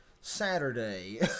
Saturday